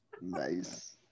Nice